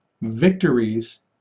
victories